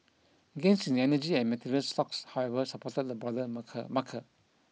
gains in energy and materials stocks however supported the broader marker marker